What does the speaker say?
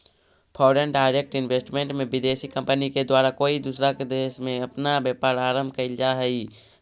foreign direct investment में विदेशी company के द्वारा कोई दूसरा देश में अपना व्यापार आरंभ कईल जा हई